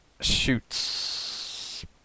shoots